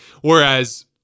Whereas